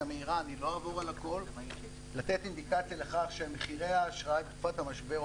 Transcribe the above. מהירה לכך שמחירי האשראי בתקופת המשבר,